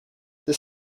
this